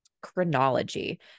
chronology